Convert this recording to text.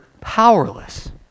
powerless